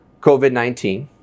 COVID-19